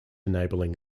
enabling